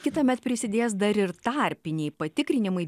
kitąmet prisidės dar ir tarpiniai patikrinimai